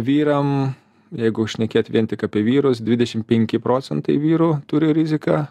vyram jeigu šnekėt vien tik apie vyrus dvidešim penki procentai vyrų turi riziką